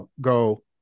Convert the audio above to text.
go